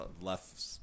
left